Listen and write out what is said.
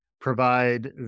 provide